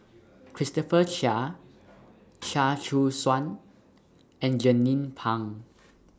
Christopher Chia Chia Choo Suan and Jernnine Pang